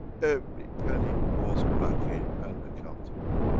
every penny goes back in and accountable.